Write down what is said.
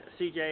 CJ